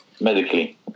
medically